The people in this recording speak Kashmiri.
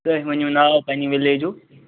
تُہۍ ؤنِو ناو پَننہِ وِلیجُک